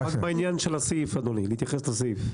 רק בעניין של הסעיף, אדוני, להתייחס לסעיף.